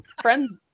friends